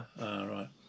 Right